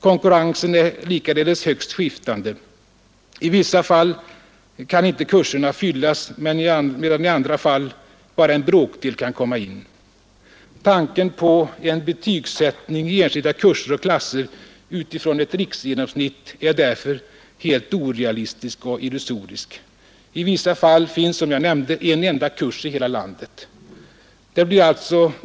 Konkurrensen är likaledes högst skiftande; i vissa fall kan inte kurserna fyllas, medan i andra fall bara en bråkdel av de sökande kan komma in. Tanken på en betygsättning i enskilda kurser och klasser utifran ett riksgenomsnitt är därför helt orealistisk och illusorisk. I vissa fall finns, som jag nämnde, en enda kurs i hela landet.